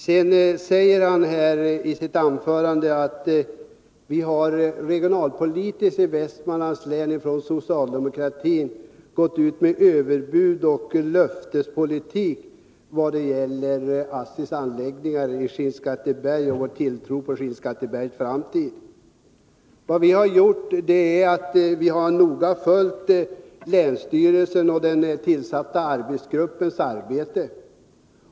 Hugo Bergdahl säger att socialdemokraterna i Västmanlands län regionalpolitiskt har gått ut med överbud och en löftespolitik vad gäller ASSI-anläggningarna i Skinnskatteberg och tilltron till Skinnskattebergs framtid. Vad vi socialdemokrater har gjort är att noga följa länsstyrelsens och den tillsatta arbetsgruppens arbete.